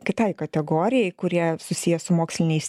kitai kategorijai kurie susiję su moksliniais